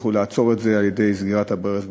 הצליחו לעצור את זה על-ידי סגירת הברז מבחוץ.